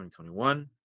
2021